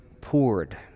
poured